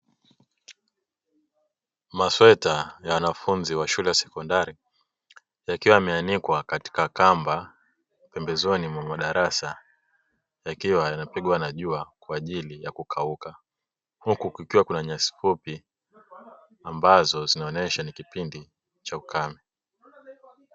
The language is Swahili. Masweta ya wanafunzi wa shule ya sekondari yakiwa yameanikwa katika kamba pembezoni mwa madarasa. Yakiwa yanapigwa na jua kwa ajili ya kukauka. Huku kukiwa kuna nyasi fupi ambazo zinaonyesha ni kipindi cha ukame.